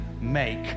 make